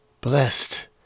Blessed